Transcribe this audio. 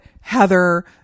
Heather